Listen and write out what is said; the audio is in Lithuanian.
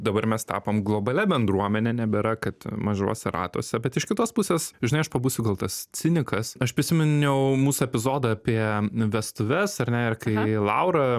dabar mes tapom globalia bendruomene nebėra kad mažuose ratuose bet iš kitos pusės žinai aš pabūsiu gal tas cinikas aš prisiminiau mūsų epizodą apie vestuves ar ne ir kai laura